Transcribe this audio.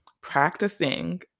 practicing